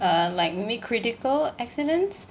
uh like me critical accidents